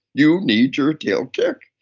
you need your tail kicked.